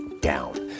down